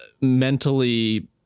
mentally